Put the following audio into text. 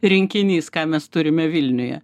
rinkinys ką mes turime vilniuje